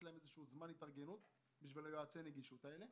לתת להן זמן התארגנות בשביל יועצי הנגישות הללו.